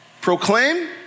Proclaim